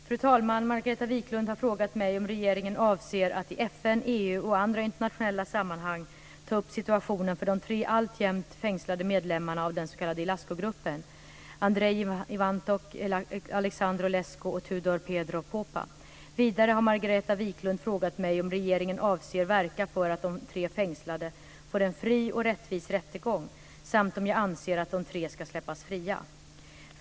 Fru talman! Margareta Viklund har frågat mig om regeringen avser att i FN, EU och andra internationella sammanhang ta upp situationen för de tre alltjämt fängslade medlemmarna av den s.k. Ilascugruppen, Andrei Ivantoc, Alexandru Lesco och Tudor Petrov-Popa. Vidare har Margareta Viklund frågat mig om regeringen avser att verka för att de tre fängslade får en fri och rättvis rättegång samt om jag anser att de tre ska släppas fria.